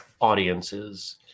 audiences